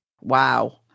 Wow